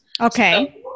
okay